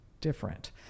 different